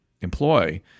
employ